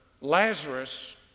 Lazarus